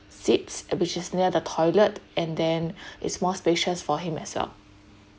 seats which is near the toilet and then it's more spacious for him as well